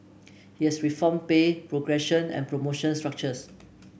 he has reformed pay progression and promotion structures